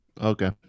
Okay